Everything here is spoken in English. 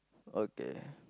okay